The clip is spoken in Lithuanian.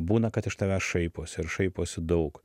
būna kad iš tavęs šaiposi ir šaiposi daug